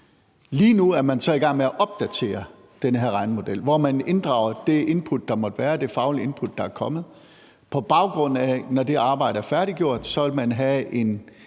Lige nu er man så i gang med at opdatere den her regnemodel, hvor man inddrager det input, der måtte være, altså det faglige input, der er kommet. På baggrund af det, altså når det arbejde er færdiggjort, vil man have en